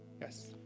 Yes